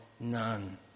None